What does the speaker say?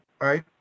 right